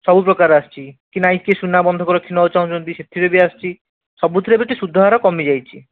ସବୁପ୍ରକାର ଆସିଛି କି ନାହିଁ କେ ସୁନା ବନ୍ଧକ ରଖି ନେବାକୁ ଚାହୁଁଛନ୍ତି ସେଥିରେ ବି ଆସିଛି ସବୁଥିରେ ଏବେ ତି ସୁଧହାର କମିଯାଇଛି